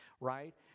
right